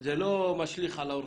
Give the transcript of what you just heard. זה לא משליך על האורחים.